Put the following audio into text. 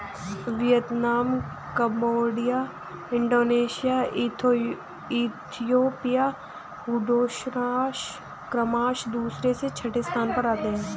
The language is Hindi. Vietnam Cambodia Indonesia Ethiopia Honduras क्रमशः दूसरे से छठे स्थान पर आते हैं